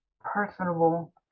personable